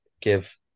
give